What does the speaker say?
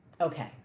okay